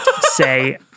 say